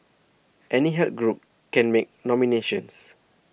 any health group can make nominations